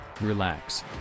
relax